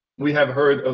we have heard, ah